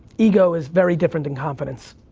ego is very different than confidence.